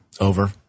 over